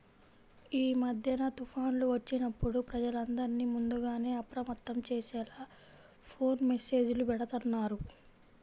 యీ మద్దెన తుఫాన్లు వచ్చినప్పుడు ప్రజలందర్నీ ముందుగానే అప్రమత్తం చేసేలా ఫోను మెస్సేజులు బెడతన్నారు